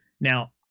Now